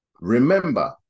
remember